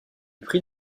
prix